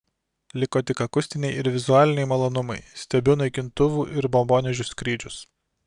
liko tik akustiniai ir vizualiniai malonumai stebiu naikintuvų ir bombonešių skrydžius